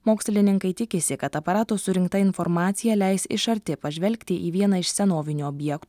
mokslininkai tikisi kad aparato surinkta informacija leis iš arti pažvelgti į vieną iš senovinių objektų